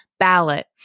ballot